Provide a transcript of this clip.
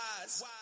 wise